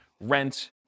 rent